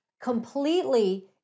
completely